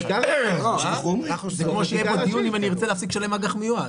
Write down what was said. זה כמו שיהיה פה דיון אם אני ארצה להפסיק לשלם אג"ח מיועד.